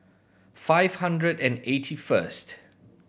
five hundred and eighty first